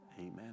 Amen